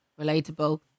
Relatable